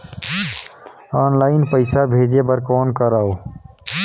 Online पईसा भेजे बर कौन करव?